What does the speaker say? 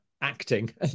acting